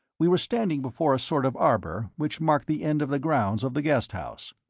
we were standing before a sort of arbour which marked the end of the grounds of the guest house.